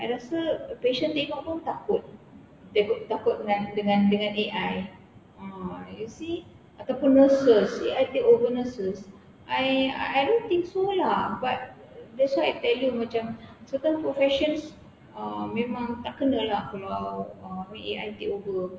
I rasa patient tengok pun takut takut dengan dengan dengan A_I ah you see ataupun nurses A_I take over nurses I I don't think so lah that's why I tell you macam certain professions uh memang tak kena lah kalau I mean A_I take over